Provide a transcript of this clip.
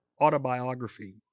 autobiography